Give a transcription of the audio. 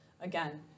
Again